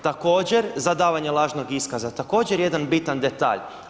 Također, za davanje lažnog iskaza, također jedan bitan detalj.